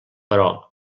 però